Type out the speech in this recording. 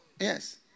Yes